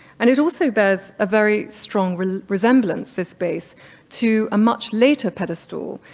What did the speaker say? and it also bears a very strong resemblance, this base to a much later pedestal,